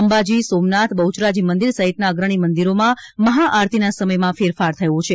અંબાજી સોમનાથ બહુચરાજી મંદિર સહિતના અગ્રણી મંદિરોમાં મહાઆરતીના સમયમાં ફેરફાર થયો છે